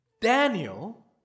Daniel